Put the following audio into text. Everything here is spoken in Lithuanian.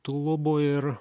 tų lubų ir